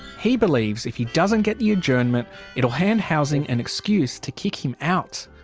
he believes if he doesn't get the adjournment it will hand housing an excuse to kick him out.